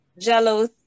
jello